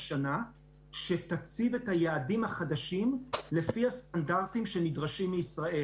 שתציב את היעדים החדשים לפי הסטנדרטים שנדרשים מישראל.